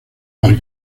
bar